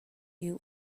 you